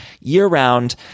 year-round